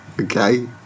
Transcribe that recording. Okay